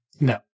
No